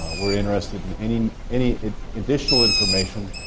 we are interested in any in any additional information,